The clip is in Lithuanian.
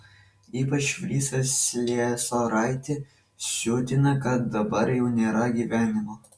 ypač fricą sliesoraitį siutina kad dabar jau nėra gyvenimo